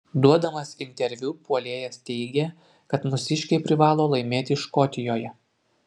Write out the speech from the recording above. duodamas interviu puolėjas teigė kad mūsiškiai privalo laimėti škotijoje